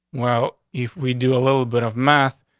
well, if we do a little bit of math,